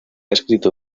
escrito